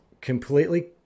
completely